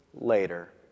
later